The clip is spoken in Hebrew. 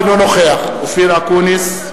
אינו נוכח אופיר אקוניס,